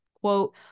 Quote